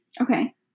Okay